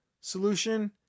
solution